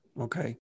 okay